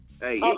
Hey